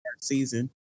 season